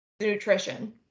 nutrition